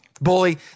Bully